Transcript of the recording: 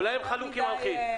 אולי הם חלוקים על כי"ל?